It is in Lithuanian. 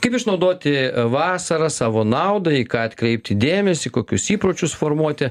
kaip išnaudoti vasarą savo naudai į ką atkreipti dėmesį kokius įpročius formuoti